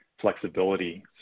flexibility